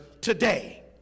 today